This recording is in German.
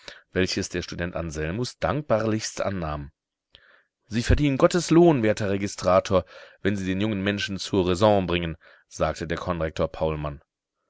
welches der student anselmus dankbarlichst annahm sie verdienen gottes lohn werter registrator wenn sie den jungen menschen zur raison bringen sagte der konrektor paulmann